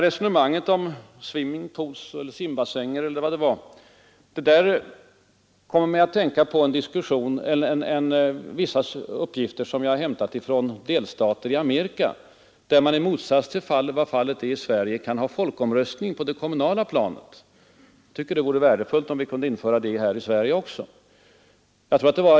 Resonemanget om simbassänger eller vad det var kom mig att tänka på vissa uppgifter som jag har hämtat från delstater i Amerika, där man i motsats till vad fallet är i Sverige kan ha folkomröstning på det kommunala planet. Det vore värdefullt om vi kunde införa det i Sverige också.